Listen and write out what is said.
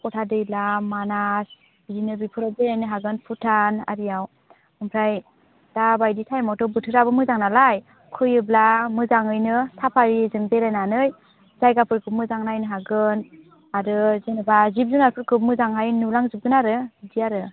मानास बिदिनो बेफोराव बेरायनो हागोन भुटान आरिआव ओमफ्राय दा बायदि टााइमआवथ' बोथोराबो मोजां नालाय फैयोब्ला मोजाङैनो साफारिजों बेरायनानै जायगाफोरखौ मोजां नायनो हागोन आरो जेनेबा जिब जुनारफोरखौ मोजाङै नुलांजोबगोन आरो बिदि आरो